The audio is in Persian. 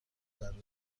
ضروری